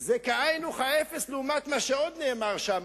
הוא כאין וכאפס לעומת מה שעוד נאמר שם.